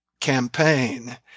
campaign